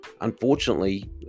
Unfortunately